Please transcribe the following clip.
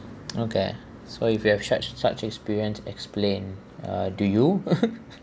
okay so if you have such such experience explain or do you